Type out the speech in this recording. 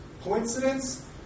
Coincidence